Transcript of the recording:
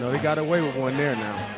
they got away with one there. and